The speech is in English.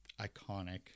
iconic